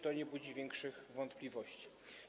To nie budzi większych wątpliwości.